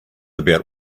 about